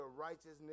righteousness